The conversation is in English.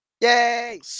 Yay